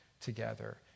together